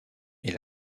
est